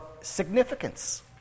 significance